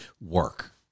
work